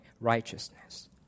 Righteousness